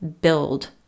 build